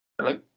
Hello